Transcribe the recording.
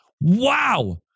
wow